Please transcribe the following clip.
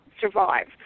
survive